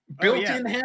Built-in